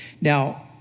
Now